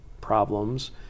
problems